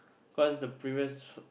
cause the previous